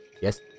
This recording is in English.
Yes